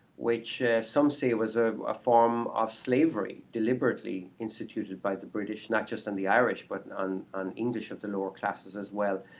which some say was a ah form of slavery, deliberately instituted by the british, not just on the irish but on on english of the lower classes as well,